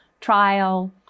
trial